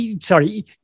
sorry